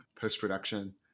post-production